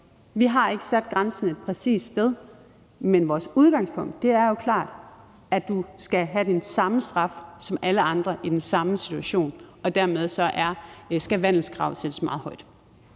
Vi har ikke sat grænsen et præcist sted, men vores udgangspunkt er jo klart, at du skal have den samme straf som alle andre i den samme situation, og dermed skal vandelskravet sættes meget højt.